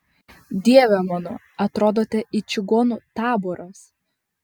dieve mano atrodote it čigonų taboras